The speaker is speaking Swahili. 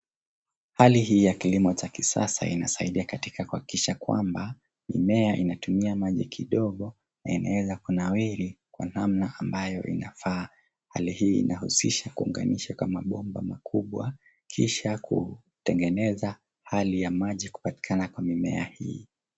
Hali hii ya kilimo cha kisasa inasaidia katika kuhakikisha kwamba mimea inatumia maji kidogo na inaweza kunawiri kwa namna ambayo inafaa. Hali hii inahusisha kuunganisha kwa mabomba makubwa kisha kutengeneza hali ya maji kupatikana kwa mimea hii.